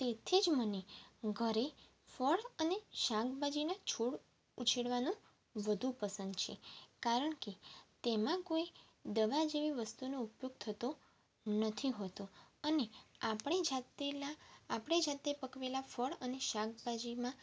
તેથી જ મને ઘરે ફળ અને શાકભાજીના છોડ ઉછેરવાનું વધુ પસંદ છે કારણ કે તેમાં કોઇ દવા જેવી વસ્તુનો ઉપયોગ થતો નથી હોતો અને આપણે જાતે લા આપણે જાતે પકવેલાં ફળ અને શાકભાજીમાં